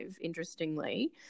interestingly